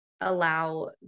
allow